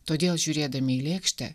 todėl žiūrėdami į lėkštę